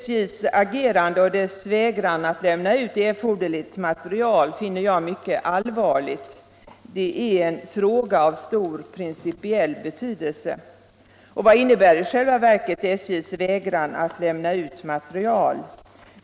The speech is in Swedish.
SJ:s agerande och vägran att lämna ut erforderligt material finner jag mycket allvarligt. Detta är en fråga av stor principiell betydelse. Vad innebär i själva verket SJ:s vägran att lämna ut material?